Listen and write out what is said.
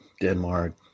Denmark